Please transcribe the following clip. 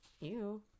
ew